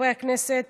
לחברי הכנסת